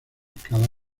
cada